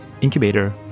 incubator